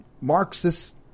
Marxist